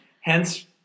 hence